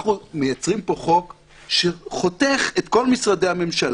אנחנו מייצרים פה חוק שחותך את כל משרדי הממשלה,